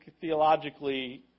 theologically